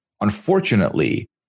unfortunately